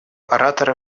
оратора